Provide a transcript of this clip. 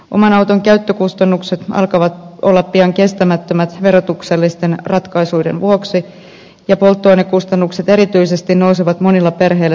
oman auton käyttökustannukset alkavat olla pian kestämättömät verotuksellisten ratkaisujen vuoksi ja erityisesti polttoainekustannukset nousevat monilla perheillä sietämättömiksi